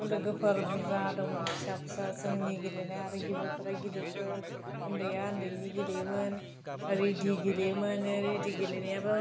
लोगोफोर बुरजा दंमोन फिसा फिसा जोंनि गेलेनाया आरो गिदिरफोरा गिदिरफोर ओन्दैया ओन्दैनि गेलेयोमोन रिदि गेलेयोमोन बे रिदि गेलेनायाबो